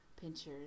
pinchers